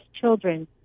children